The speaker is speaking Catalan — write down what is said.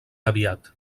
aviat